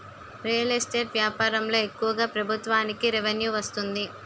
real estate వ్యాపారంలో ఎక్కువగా ప్రభుత్వానికి రెవెన్యూ వస్తుంది